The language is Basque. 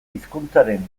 hizkuntzaren